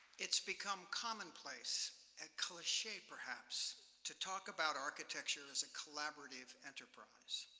it's become commonplace and cliche, perhaps, to talk about architecture as a collaborative enterprise.